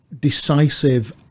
decisive